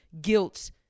guilt